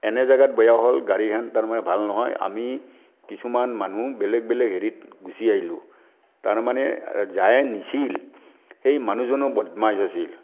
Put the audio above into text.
এনে জেগাত বেয়া হ'ল গাড়ীখন তাৰমানে ভাল নহয় আমি কিছুমান মানুহ বেলেগ বেলেগ হেৰিত গুচি আহিলোঁ তাৰমানে যায়ে নিছিল সেই মানুহজনো বদমাছ আছিল